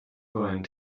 going